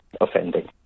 offending